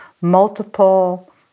multiple